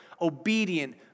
obedient